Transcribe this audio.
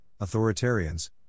authoritarians